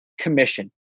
commission